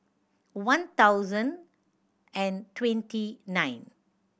one thousand and twenty nine